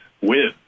win